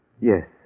Yes